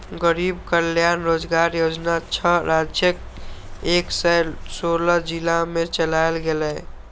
गरीब कल्याण रोजगार योजना छह राज्यक एक सय सोलह जिला मे चलायल गेलै